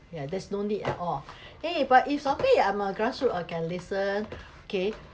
no need at all !hey! but if someday I'm a grassroot I can listen okay